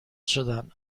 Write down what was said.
شدن